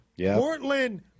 Portland